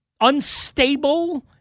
unstable